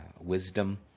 wisdom